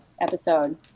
episode